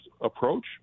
approach